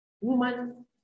Woman